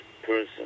person